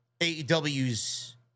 AEW's